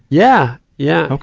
yeah, yeah,